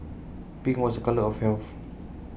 pink was A colour of health